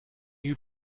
you